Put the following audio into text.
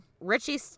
Richie